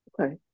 Okay